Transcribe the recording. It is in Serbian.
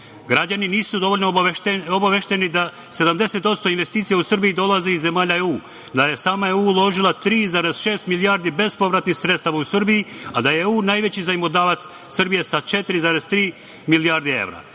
nisu dovoljno obavešteni da 70% investicija u Srbiji dolazi iz zemalja EU, da je EU uložila 3,6 milijardi bespovratnih sredstava u Srbiji, a da je EU najveći zajmodavac Srbije sa 4,3 milijardi evra.